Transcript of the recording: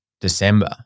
December